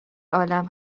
عالم